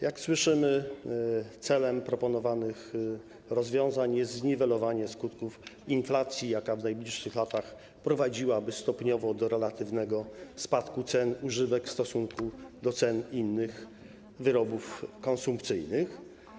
Jak słyszymy, celem proponowanych rozwiązań jest zniwelowanie skutków inflacji, jaka w najbliższych latach prowadziłaby stopniowo do relatywnego spadku cen używek w stosunku do cen innych wyrobów konsumpcyjnych.